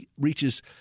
reaches